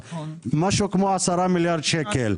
כ-10 מיליארד שקל.